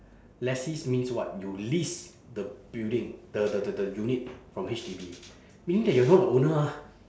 lessees means what you lease the building the the the the unit from H_D_B meaning that you are not a owner ah